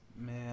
Man